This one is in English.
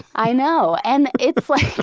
i know. and it's like,